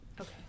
Okay